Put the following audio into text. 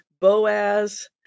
Boaz